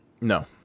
No